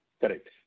Correct